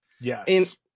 Yes